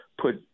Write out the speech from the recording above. put